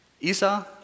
Esau